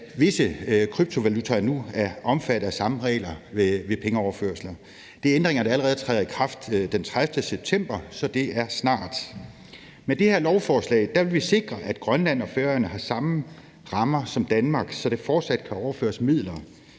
at visse kryptovalutaer nu er omfattet af samme regler ved pengeoverførsler. Det er ændringer, der allerede træder i kraft den 30. december, så det er snart. Med det her lovforslag vil vi sikre, at Grønland og Færøerne har samme rammer som Danmark, så der fortsat kan overføres midler